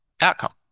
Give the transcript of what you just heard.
outcome